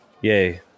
Yay